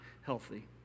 healthy